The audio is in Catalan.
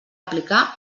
aplicar